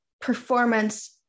performance